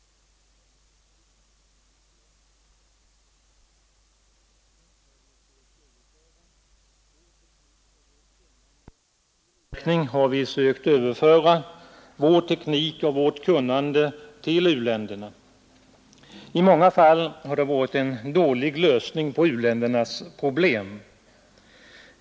I alltför stor utsträckning har vi sökt överföra vår teknik och vårt kunnande till u-länderna. I många fall har det varit en dålig lösning på u-ländernas problem.